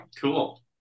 Cool